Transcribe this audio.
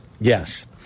Yes